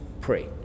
pray